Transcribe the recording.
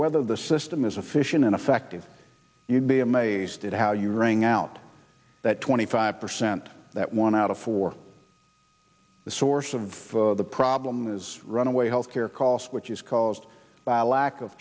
whether the system is a fish an ineffective you'd be amazed at how you rang out that twenty five percent that one out of four the source of the problem is runaway health care costs which is caused by a lack of